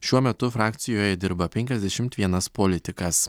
šiuo metu frakcijoje dirba penkiasdešimt vienas politikas